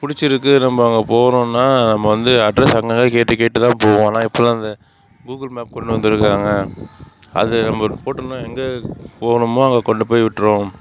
பிடிச்சிருக்கு நம்ம அங்கே போகிறோன்னா நம்ம வந்து அட்ரஸ் அங்கேனையே கேட்டு கேட்டு தான் போவோம் ஆனால் இப்போல்லாம் அந்த கூகுள் மேப் கொண்டு வந்துருக்கிறாங்க அது நம்ம போட்டோம்னா எங்கே போகணும் அங்கே கொண்டு போய் விட்டுரும்